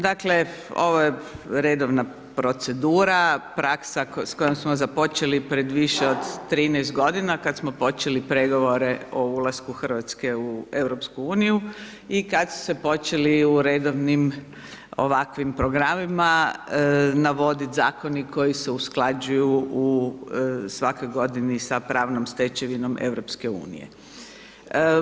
Dakle ovo je redovna procedura, praksa s kojom smo započeli pred više od 13 g., kad smo počeli pregovore o ulasku Hrvatske u EU i kad su se počeli u redovnim ovakvim programima navoditi zakoni koji se usklađuju svake godine sa pravnom stečevinom EU-a.